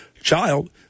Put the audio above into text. child